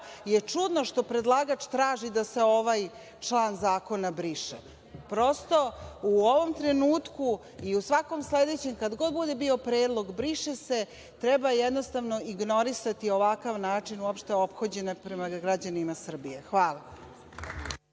je čudno što predlagač traži da se ovaj član zakona briše. Prosto, u ovom trenutku i u svakom sledećem, kad god bude bio predlog – briše se, treba jednostavno ignorisati ovakav način uopšte ophođenja prema građanima Srbije. Hvala.